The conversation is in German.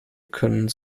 können